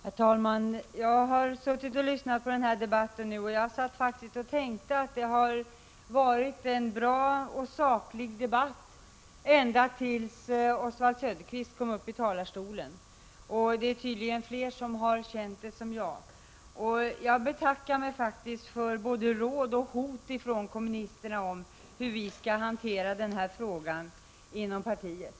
Herr talman! Jag har suttit och lyssnat på debatten och tyckte att det var en bra och saklig debatt ända tills Oswald Söderqvist kom upp i talarstolen. Det är tydligen fler som känner som jag. Jag betackar mig faktiskt för både råd och hot från kommunisterna om hur vi skall hantera den här frågan inom partiet.